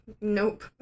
Nope